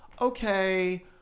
okay